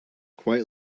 quite